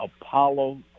Apollo